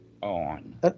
on